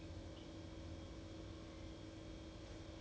no but then actually you're not allergic to cheese right